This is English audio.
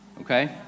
Okay